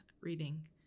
reading